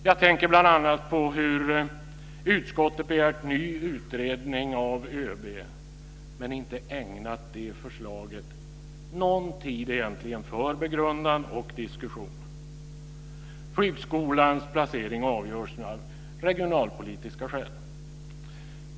Jag tänker bl.a. på hur utskottet begärt ny utredning av ÖB men inte ägnat det förslaget någon tid för begrundan och diskussion. Flygskolans placering avgörs nu av regionalpolitiska skäl.